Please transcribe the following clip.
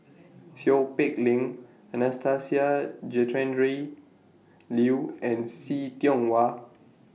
Seow Peck Leng Anastasia Tjendri Liew and See Tiong Wah